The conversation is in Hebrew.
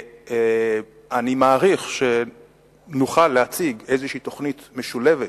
ואני מעריך שנוכל להציג איזו תוכנית משולבת,